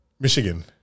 Michigan